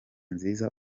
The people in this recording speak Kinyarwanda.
nziza